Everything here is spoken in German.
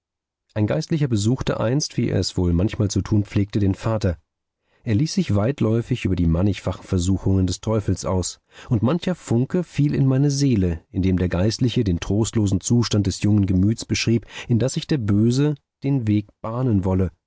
ein geistlicher besuchte einst wie er es wohl manchmal zu tun pflegte den vater er ließ sich weitläuftig über die mannigfachen versuchungen des teufels aus und mancher funke fiel in meine seele indem der geistliche den trostlosen zustand des jungen gemüts beschrieb in das sich der böse den weg bahnen wolle